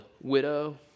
widow